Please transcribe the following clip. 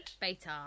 Beta